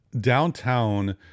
Downtown